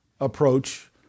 approach